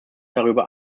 darüber